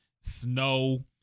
Snow